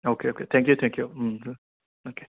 okay okay thank you thank you um okay